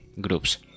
groups